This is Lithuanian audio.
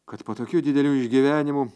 kad po tokių didelių išgyvenimų